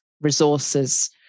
resources